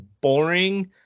boring